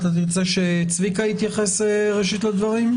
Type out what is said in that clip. אתה תרצה שצביקה יתייחס ראשית לדברים?